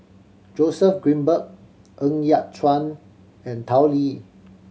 Joseph Grimberg Ng Yat Chuan and Tao Li